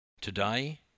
Today